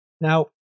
Now